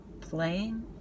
playing